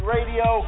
Radio